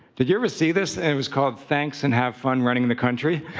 did you ever see this? and it was called thanks and have fun running the country.